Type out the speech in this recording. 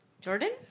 jordan